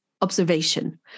observation